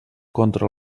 contra